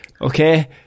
Okay